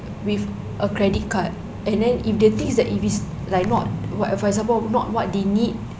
with a credit card and then if the thing is that if it's like not what for example not what they need